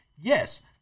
yes